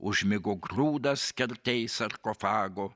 užmigo grūdas kertėj sarkofago